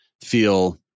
feel